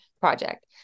project